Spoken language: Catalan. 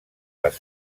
les